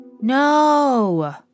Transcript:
No